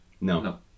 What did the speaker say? No